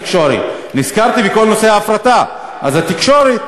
ונזכרתי בכל הנושא של ההפרטה בתקשורת,